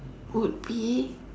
would be